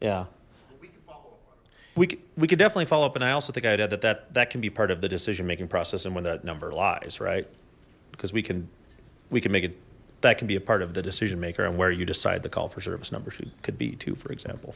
yeah we we could definitely follow up and i also think i'd add that that that can be part of the decision making process and when that number lies right because we can we can make it that can be a part of the decision maker and where you decide the call for service number she could be two for example